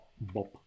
Bob